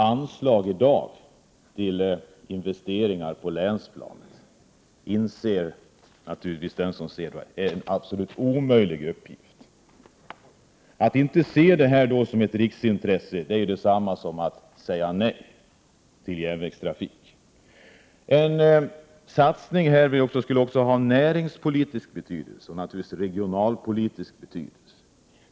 Det är helt klart att detta är en helt omöjlig uppgift inom ramen för alla anslag till investeringar som finns på länsplanet i dag. Att inte se denna fråga som en riksangelägenhet är detsamma som att säga nej till järnvägsprojektet. En sådan här satsning skulle också ha näringspolitisk och naturligtvis även regionalpolitisk betydelse.